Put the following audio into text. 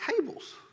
tables